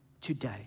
today